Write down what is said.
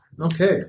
Okay